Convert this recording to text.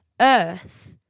earth